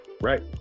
Right